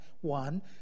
One